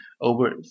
over